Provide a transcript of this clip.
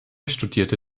studierte